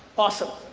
awesome.